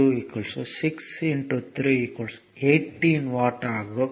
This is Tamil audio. P2 6 3 18 வாட் ஆகும்